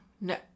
No